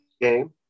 game